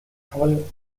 toll